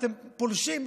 אתם פולשים.